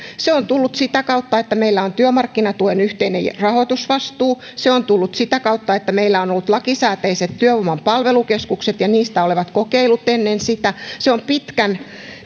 se on tullut sitä kautta että meillä on työmarkkinatuen yhteinen rahoitusvastuu se on tullut sitä kautta että meillä on ollut lakisääteiset työvoiman palvelukeskukset ja niistä olleet kokeilut ennen sitä se on pitkän